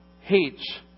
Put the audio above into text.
hates